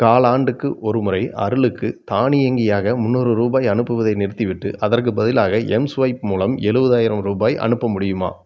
கால் ஆண்டுக்கு ஒருமுறை அருளுக்கு தானியங்கியாக முன்னூறு ரூபாய் அனுப்புவதை நிறுத்திவிட்டு அதற்கு பதிலாக எம்ஸ்வைப் மூலம் எழுபதாயிரம் ரூபாய் அனுப்ப முடியுமா